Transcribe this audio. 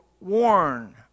warn